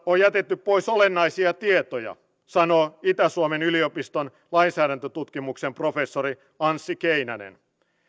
on jätetty pois olennaisia tietoja sanoo itä suomen yliopiston lainsäädäntötutkimuksen professori anssi keinänen